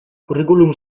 curriculum